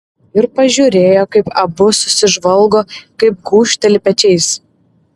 ir pažiūrėjo kaip abu susižvalgo kaip gūžteli pečiais